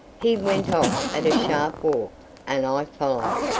he went off at a sharp walk and i followed,